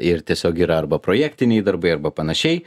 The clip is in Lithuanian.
ir tiesiog yra arba projektiniai darbai arba panašiai